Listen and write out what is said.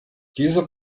diese